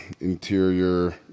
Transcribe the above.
interior